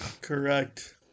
Correct